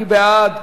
מי בעד?